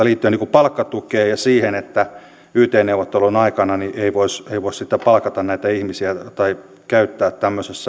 liittyen palkkatukeen ja siihen että yt neuvottelujen aikana ei voisi sitten palkata näitä ihmisiä tai käyttää tämmöisessä miten